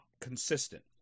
consistent